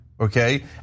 okay